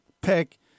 pick